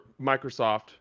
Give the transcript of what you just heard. Microsoft